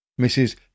Mrs